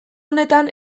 honetan